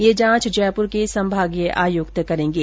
यह जांच जयपुर के संभागीय आयुक्त करेंगे